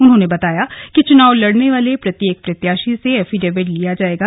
उन्होंने बताया कि चुनाव लड़ने वाले प्रत्येक प्रत्याशी से एफिडेविट लिया जायेगा